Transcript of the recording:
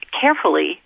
carefully